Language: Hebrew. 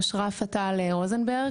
אושרה פטל רוזנברג,